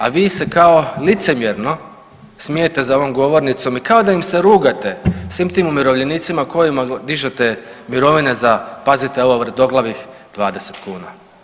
A vi se kao licemjerno smijete za ovom govornicom i kao da im se rugate svim tim umirovljenicima kojima dižete mirovine za pazite ovo vrtoglavih 20 kuna.